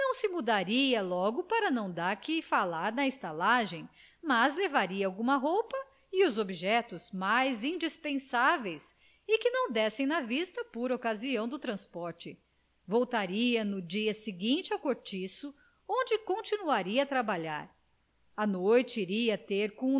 se mudaria logo para não dar que falar na estalagem mas levaria alguma roupa e os objetos mais indispensáveis e que não dessem na vista por ocasião do transporte voltaria no dia seguinte ao cortiço onde continuaria a trabalhar à noite iria ter com